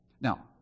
Now